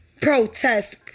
protest